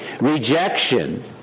rejection